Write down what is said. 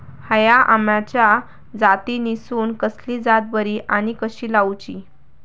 हया आम्याच्या जातीनिसून कसली जात बरी आनी कशी लाऊची?